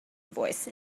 voice